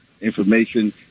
information